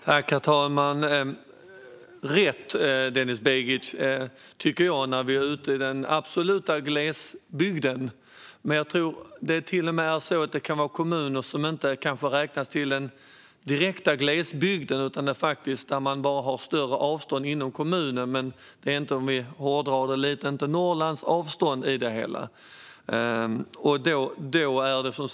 Herr talman! Detta tycker jag är rätt, Denis Begic, när det gäller den absoluta glesbygden. Det här kan dock även gälla kommuner som inte räknas till den direkta glesbygden men där man har större avstånd inom kommunen, utan att det är Norrlandsavstånd, om vi hårdrar det lite.